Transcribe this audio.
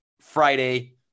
Friday